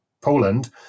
Poland